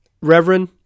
Reverend